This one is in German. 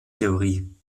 theorie